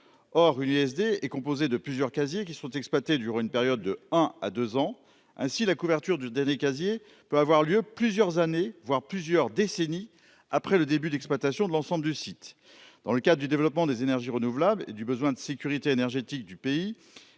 or USD est composé de plusieurs casiers qui sont exploités durant une période de un à 2 ans, ainsi la couverture du délai casier peut avoir lieu plusieurs années voire plusieurs décennies après le début d'exploitation de l'ensemble du site dans le cadre du développement des énergies renouvelables et du besoin de sécurité énergétique du pays,